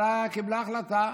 הממשלה קיבלה החלטה.